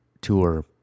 tour